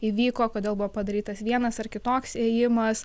įvyko kodėl buvo padarytas vienas ar kitoks ėjimas